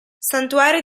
santuario